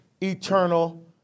eternal